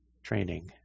training